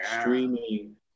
streaming